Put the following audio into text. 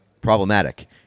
problematic